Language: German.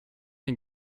den